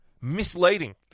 Misleading